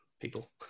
people